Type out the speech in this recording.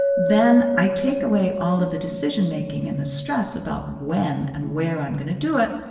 then i take away all of the decision-making and the stress about when and where i'm going to do it.